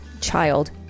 child